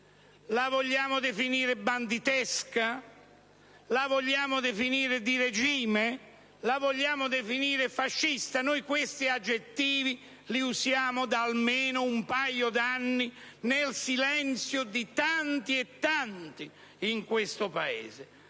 La vogliamo definire banditesca? La vogliamo definire di regime? La vogliamo definire fascista? Noi stiamo usando questi aggettivi almeno da un paio d'anni, nel silenzio di tanti e tanti, in questo Paese: